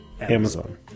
Amazon